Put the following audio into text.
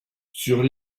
sur